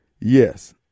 yes